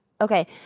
Okay